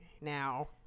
now